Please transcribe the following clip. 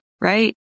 right